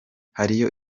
hariyo